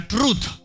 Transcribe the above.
Truth